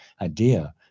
idea